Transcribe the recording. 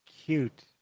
cute